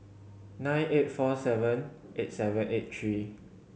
nine eight four seven eight seven eight three